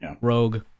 Rogue